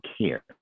care